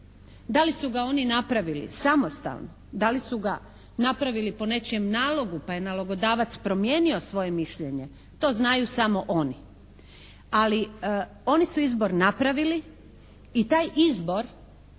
da li su ga oni napravili samostalno, da li su ga napravili po nečijem nalogu pa je nalogodavac promijenio svoje mišljenje to znaju samo oni, ali oni su izbor napravili i taj izbor